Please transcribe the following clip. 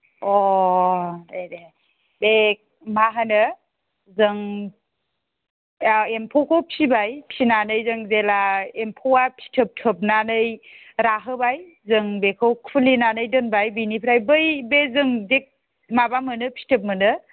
अ दे दे दे मा होनो जों ओ एम्फौखौ फिबाय फिनानै जों जेला एम्फौआ फिथोब थोबनानै राहोबाय जों बेखौ खुलिनानै दोनबाय बिनिफ्राय बै बे जों जे माबा मोनो फिथोब मोनो